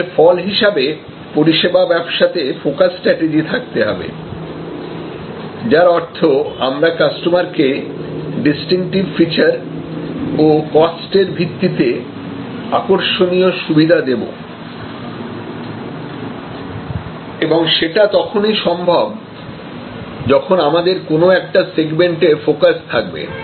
এর ফল হিসাবে পরিষেবা ব্যবসাতে ফোকাস স্ট্র্যাটেজি থাকতে হবে যার অর্থ আমরা কাস্টমারকে ডিস্টিনক্টিভ ফিচার ও কস্ট এর ভিত্তিতে আকর্ষণীয় সুবিধা দেবো এবং সেটা তখনই সম্ভব যখন আমাদের কোন একটা সেগমেন্টে ফোকাস থাকবে